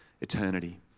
eternity